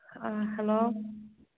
hello